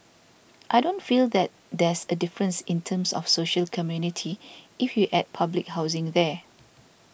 I don't feel that there's a difference in terms of social community if you add public housing there